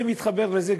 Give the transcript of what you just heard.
זה מתחבר לזה,